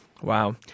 Wow